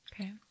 Okay